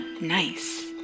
nice